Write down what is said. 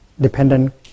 dependent